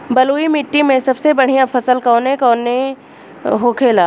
बलुई मिट्टी में सबसे बढ़ियां फसल कौन कौन होखेला?